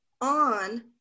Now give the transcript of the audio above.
on